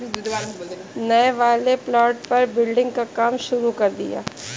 नए वाले प्लॉट पर बिल्डिंग का काम शुरू किया है